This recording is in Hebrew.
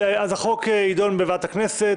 החוק יידון בוועדת הכנסת.